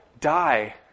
die